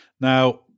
Now